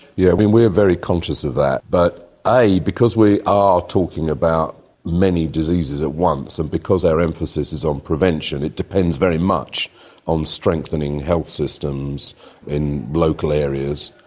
yeah we we are very conscious of that. but because we are talking about many diseases at once and because our emphasis is on prevention, it depends very much on strengthening health systems in local areas.